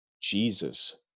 Jesus